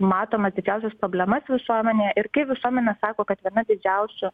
matomas didžiausias problemas visuomenėje ir kai visuomenė sako kad viena didžiausių